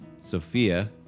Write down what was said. Sophia